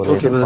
Okay